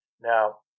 now